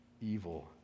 evil